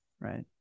right